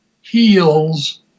heals